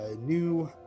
new